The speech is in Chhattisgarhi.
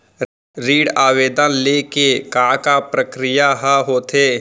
ऋण आवेदन ले के का का प्रक्रिया ह होथे?